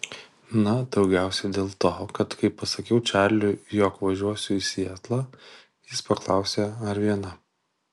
na daugiausiai dėl to kad kai pasakiau čarliui jog važiuosiu į sietlą jis paklausė ar viena